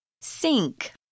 Sink